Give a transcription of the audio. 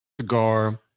cigar